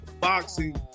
boxing